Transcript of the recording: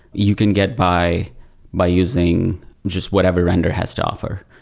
you can get by by using just whatever render has to offer.